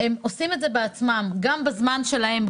הם עושים את זה בעצמם גם בזמן שלהם,